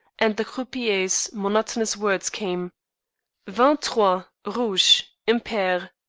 and the croupier's monotonous words came vingt-trois, rouge, impair,